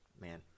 man